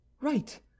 right